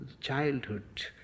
childhood